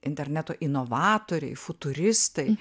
interneto inovatoriai futuristai